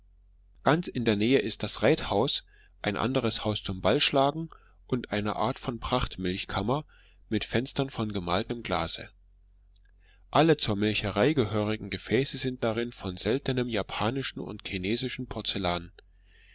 ganz in der nähe ist das reithaus ein anderes haus zum ballschlagen und eine art von pracht milchkammer mit fenstern von gemaltem glase alle zur milcherei gehörigen gefäße sind darin von seltenem japanischen und chinesischen